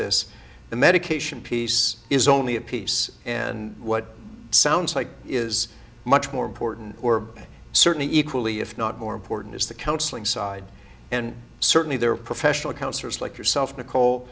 this the medication piece is only a piece in what sounds like is much more important or certainly equally if not more important is the counseling side and certainly there are professional counselors like yourself nicole